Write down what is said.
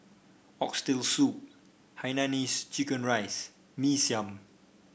Oxtail Soup Hainanese Chicken Rice Mee Siam